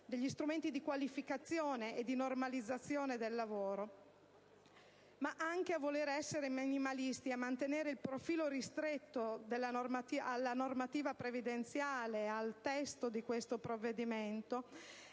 degli strumenti di qualificazione e di "normalizzazione" del lavoro. Ma anche a voler essere minimalisti e a mantenere il profilo ristretto alla normativa previdenziale e al testo di questo provvedimento,